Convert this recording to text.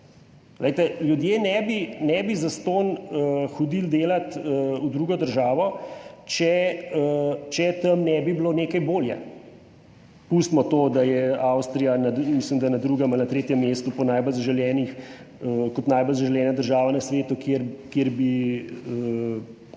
ljudje ne bi zastonj hodili delat v drugo državo, če tam ne bi bilo nekaj bolje. Pustimo to, da je Avstrija, mislim, da na drugem ali tretjem mestu kot najbolj zaželena država na svetu, kjer bi